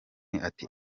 ati